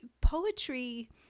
poetry